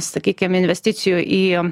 sakykim investicijų į